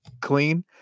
clean